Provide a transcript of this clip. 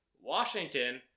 Washington